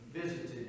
visited